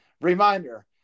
Reminder